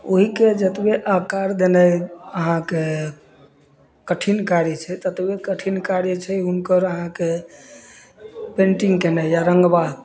ओहिके जतबे आकार देनाइ अहाँके कठिन कार्य छै ततबे कठिन कार्य छै हुनकर अहाँके पेन्टिंग केनाइ या रङ्गबाद